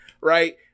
right